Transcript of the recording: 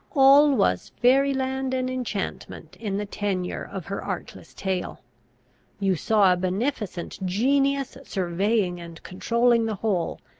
all was fairy-land and enchantment in the tenour of her artless tale you saw a beneficent genius surveying and controlling the whole,